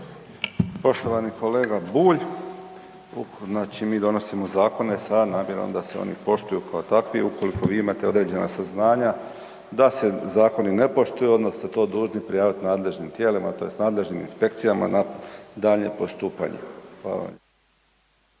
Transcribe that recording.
Poštovani kolega Bulj, znači mi donosimo zakone sa namjerom da se oni poštuju kao takvi. Ukoliko vi imate određena saznanja da se zakoni ne poštuju onda ste to dužni prijaviti nadležnim tijelima tj. nadležnim inspekcijama na daljnje postupanje.